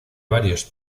varios